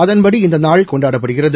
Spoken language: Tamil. அதன்படி இந்தநாள் கொண்டாடப்படுகிறது